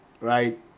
right